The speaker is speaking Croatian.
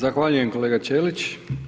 Zahvaljujem kolega Ćelić.